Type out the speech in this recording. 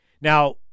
Now